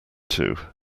two